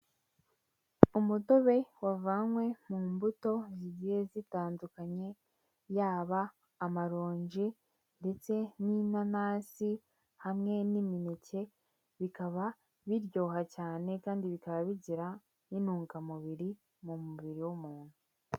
Umutobe wavanywe mu mbuto zigiye zitandukanye yaba amaronji ndetse n'inanasi hamwe n'imineke, bikaba biryoha cyane kandi bikaba bigira n'intungamubiri mu mubiri w'umuntu.